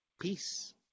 Peace